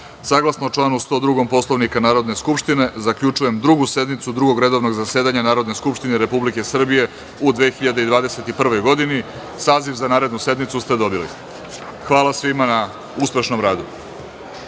saglasno članu 102. Poslovnika Narodne skupštine, zaključujem Drugu sednicu Drugog redovnog zasedanja Narodne skupštine Republike Srbije u 2021. godini. Saziv za narednu sednicu ste dobili. Hvala svima na uspešnom radu.